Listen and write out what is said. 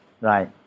right